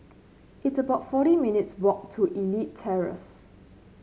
it's about forty minutes' walk to Elite Terrace